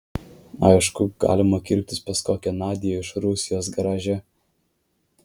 aišku galima kirptis pas kokią nadią iš rusijos garaže